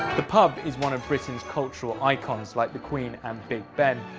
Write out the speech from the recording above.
the pub is one of britain's cultural icons, like the queen and big ben.